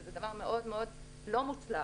שזה דבר מאוד מאוד לא מוצלח.